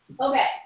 Okay